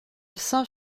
saint